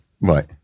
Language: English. right